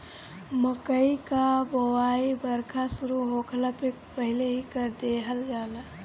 मकई कअ बोआई बरखा शुरू होखला से पहिले ही कर देहल जाला